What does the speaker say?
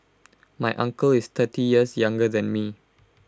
my uncle is thirty years younger than me